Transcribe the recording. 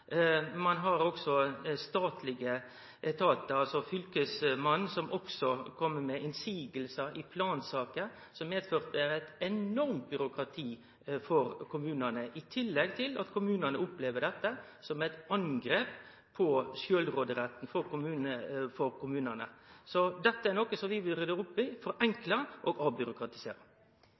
ein detaljstyrer og har regelstyring av kommunane. Fylkesmenn kjem også med innseiingar i plansaker, som medfører eit enormt byråkrati for kommunane, i tillegg til at kommunane opplever dette som eit angrep på sjølvråderetten til kommunane. Så dette er noko som vi vil rydde opp i, forenkle og